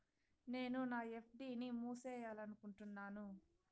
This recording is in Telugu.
నేను నా ఎఫ్.డి ని మూసేయాలనుకుంటున్నాను